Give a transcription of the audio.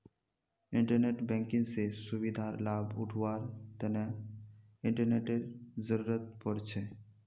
internet banking स सुविधार लाभ उठावार तना इंटरनेटेर जरुरत पोर छे